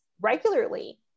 regularly